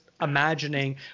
imagining